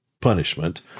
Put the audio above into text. punishment